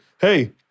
hey